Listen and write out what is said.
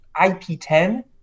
IP10